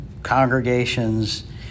congregations